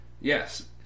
Yes